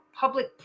public